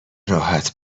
راحت